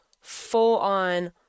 full-on